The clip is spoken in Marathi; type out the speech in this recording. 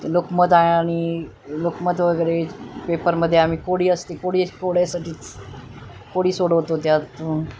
लोकमत आणि लोकमत वगैरे पेपरमध्ये आम्ही कोडी असते कोडी कोड्यासाठीच कोडी सोडवतो त्यातून